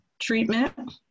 treatment